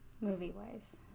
Movie-wise